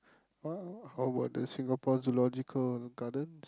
uh how about the Singapore zoological gardens